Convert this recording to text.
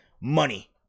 money